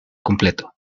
completo